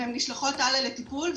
והן נשלחות הלאה לטיפול,